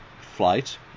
flight